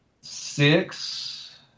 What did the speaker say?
six